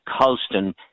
colston